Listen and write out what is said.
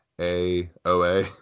A-O-A